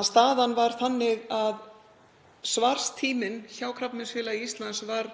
að staðan var þannig að svartíminn hjá Krabbameinsfélagi Íslands var